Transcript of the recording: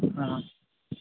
हँ